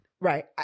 right